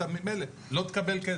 אתה ממילא לא תקבל כסף.